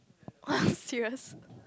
!wah! serious